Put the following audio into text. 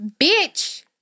bitch